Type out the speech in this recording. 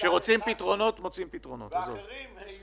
כשרוצים פתרונות מוצאים פתרונות, עזוב.